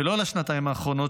ולא לשנתיים האחרונות,